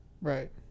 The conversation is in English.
right